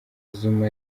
zuma